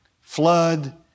flood